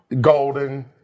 Golden